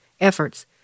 efforts